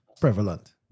prevalent